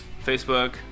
Facebook